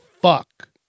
fuck